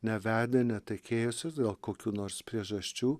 nevedę netekėjusios dėl kokių nors priežasčių